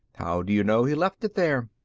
how do you know he left it there?